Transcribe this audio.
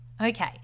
Okay